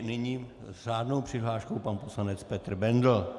Nyní s řádnou přihláškou pan poslanec Petr Bendl.